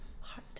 heart